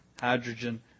hydrogen